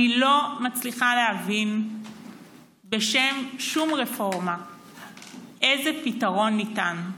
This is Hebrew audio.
אני לא מצליחה להבין בשם שום רפורמה איזה פתרון ניתן.